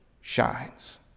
shines